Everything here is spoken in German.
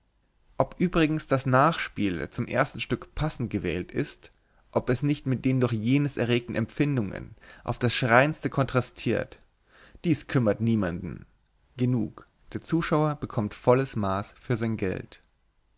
ob übrigens das nachtspiel zum ersten stück passend gewählt ist ob es nicht mit den durch jenes erregten empfindungen auf das schreiendste kontrastiert dies kümmert niemanden genug der zuschauer bekommt volles maß für sein geld